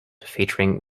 featuring